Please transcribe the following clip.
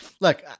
Look